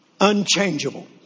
unchangeable